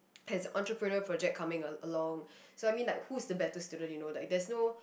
has entrepreneur projects coming along so I mean like who's the better student you know like there's no